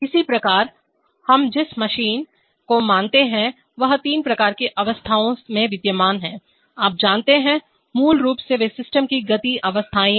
इसी प्रकार हम जिस मशीन को मानते हैं वह तीन प्रकार की अवस्थाओं में विद्यमान है आप जानते हैं मूल रूप से वे सिस्टम की गति अवस्थाएं हैं